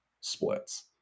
splits